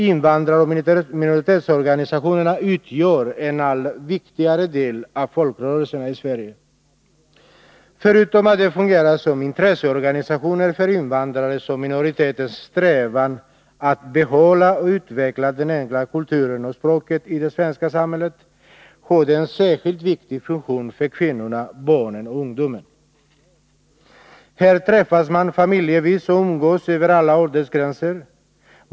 Invandraroch minoritetsorganisationerna utgör en allt viktigare del av folkrörelserna i Sverige. Förutom att de fungerar som intresseorganisationer för invandrares och minoriteters strävan att behålla och utveckla den egna kulturen och språket i det svenska samhället, har de en särskilt viktig funktion för kvinnorna, barnen och ungdomen. Här träffas man familjevis och umgås över alla åldersgränser.